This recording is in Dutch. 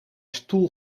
stoel